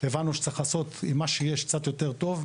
הבנו שצריך לעשות עם מה שיש קצת יותר טוב.